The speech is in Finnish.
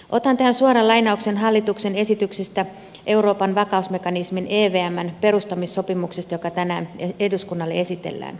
otan tähän suoran lainauksen hallituksen esityksestä euroopan vakausmekanismin evmn perustamissopimukseksi joka tänään eduskunnalle esitellään